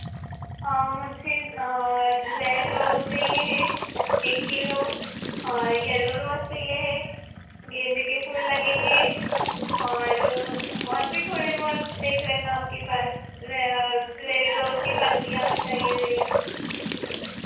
मुझे red rose चाहिए है एक किलो येलो रोज़ चाहिए है गेंदे के फूल लगेंगे और और भी थोड़े बहुत देख लेना आपके पास रेड रोज़ की पत्तियाँ भी चाहिए रहेगी